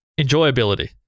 Enjoyability